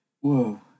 Whoa